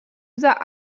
user